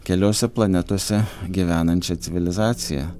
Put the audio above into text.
keliose planetose gyvenančia civilizacija